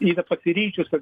yra pasiryžusi